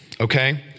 okay